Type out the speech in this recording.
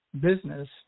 business